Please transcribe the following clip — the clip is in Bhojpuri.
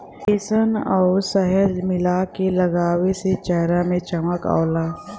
बेसन आउर शहद मिला के लगावे से चेहरा में चमक आवला